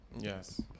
Yes